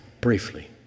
briefly